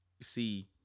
See